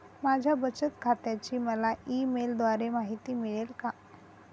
माझ्या बचत खात्याची मला ई मेलद्वारे माहिती मिळेल का?